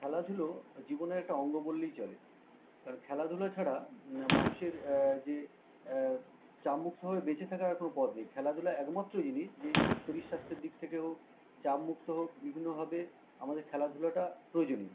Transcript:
খেলাধুলো জীবনের একটা অঙ্গ বললেই চলে কারণ খেলাধুলো ছাড়া মানুষের যে চাপমুক্তভাবে বেঁচে থাকার আর কোনো পদ নেই খেলাধুলা একমাত্র জিনিস যে শরীর স্বাস্থ্যের দিক থেকে হোক চাপমুক্ত হোক বিভিন্নভাবে আমাদের খেলাধুলাটা প্রয়োজনীয়